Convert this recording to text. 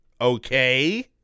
Okay